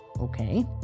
Okay